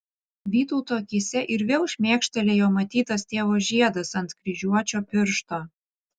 vytauto akyse ir vėl šmėkštelėjo matytas tėvo žiedas ant kryžiuočio piršto